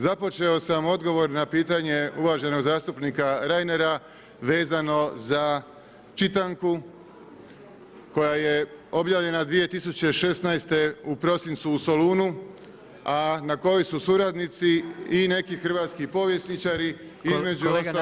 Započeo sam odgovor na pitanje uvaženog zastupnika Reinera vezano za čitanku koja je objavljena 2016. u prosincu u Solunu a na koju su suradnici i neki hrvatski povjesničari između ostaloga.